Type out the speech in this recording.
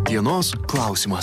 dienos klausimas